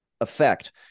effect